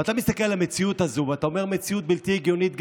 ואתה מסתכל על המציאות הזו ואתה אומר: מציאות בלתי הגיונית גם,